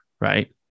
right